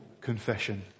confession